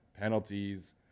penalties